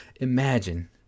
imagine